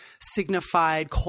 signified